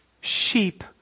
Sheep